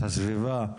את הסביבה,